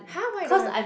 !huh! why you don't have